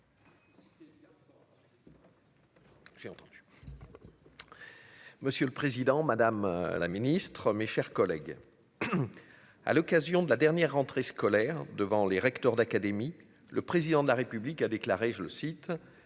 monsieur le Président, Madame la Ministre, mes chers collègues, à l'occasion de la dernière rentrée scolaire devant les recteurs d'académie, le président de la République a déclaré, je le cite